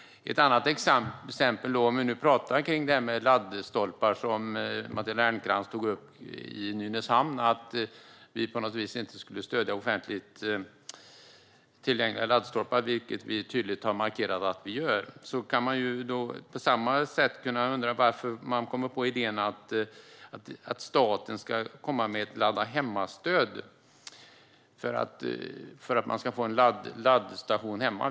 Ett annat exempel som Matilda Ernkrans tog upp var laddstolpar i Nynäshamn och att vi inte skulle stödja offentliga laddstolpar. Det har vi tydligt markerat att vi gör. Jag undrar också hur ni kan komma på idén att staten ska komma med ett ladda-hemma-stöd för att man ska få en laddstation hemma.